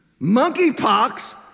monkeypox